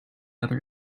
other